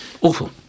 Awful